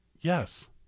yes